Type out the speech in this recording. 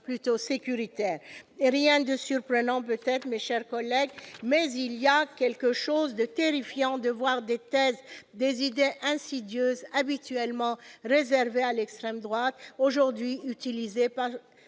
plutôt sécuritaire. Rien de surprenant peut-être, mes chers collègues, mais il y a quelque chose de terrifiant à voir des thèses et des idées insidieuses, habituellement réservées à l'extrême droite, aujourd'hui utilisées par